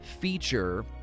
feature